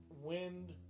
wind